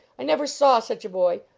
i never saw such a boy.